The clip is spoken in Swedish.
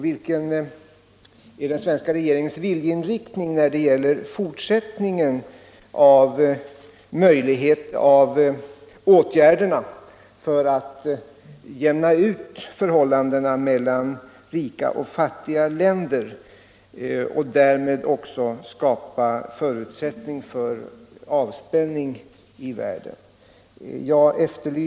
Vilken är den svenska regeringens viljeinriktning när det gäller möjligheterna att vidta åtgärder för att utjämna förhållandena mellan rika och fattiga länder och därmed skapa förutsättningar för avspänning i världen?